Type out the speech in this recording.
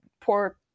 poor